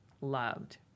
loved